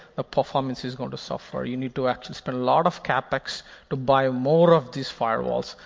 ah performance is going to suffer. you need to actually spend a lot of capex to buy more of these firewalls,